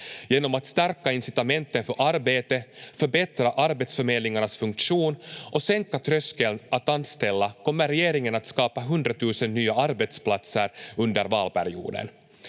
Genom att stärka incitamenten för arbete, förbättra arbetsförmedlingarnas funktion och sänka tröskeln att anställa kommer regeringen att skapa 100 000 nya arbetsplatser under valperioden.